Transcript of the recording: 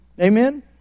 Amen